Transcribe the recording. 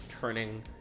turning